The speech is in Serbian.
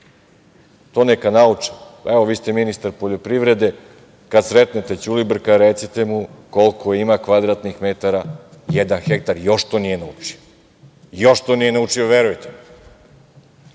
To neka nauče. Evo, vi ste ministar poljoprivrede, kad sretnete Ćulibrka recite mu koliko ima kvadratnih metara jedan hektar, on još to nije naučio. Još to nije naučio, verujte